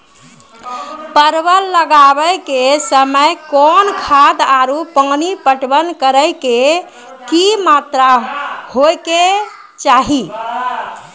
परवल लगाबै के समय कौन खाद आरु पानी पटवन करै के कि मात्रा होय केचाही?